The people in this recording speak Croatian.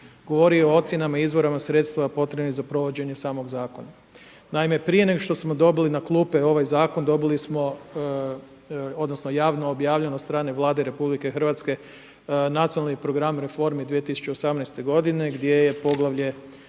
govori o ocjenama i izvorima sredstva potrebnim za provođenja samog zakona. Naime, prije nego što smo dobili na klupe ovaj zakon, dobili smo, javno obavljeno od strane Vlade RH nacionalni program reformi 2018. g. gdje je poglavlje